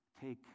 Take